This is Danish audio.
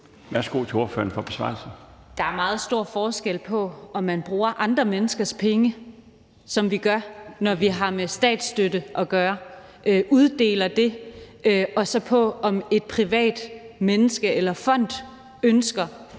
Kl. 13:22 Katrine Daugaard (LA): Der er meget stor forskel på, om man bruger andre menneskers penge, som vi gør, når vi har med statsstøtte at gøre, og uddeler dem, og så på, om et privat menneske eller en privat